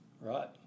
Right